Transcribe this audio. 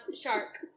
shark